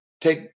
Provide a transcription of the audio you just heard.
take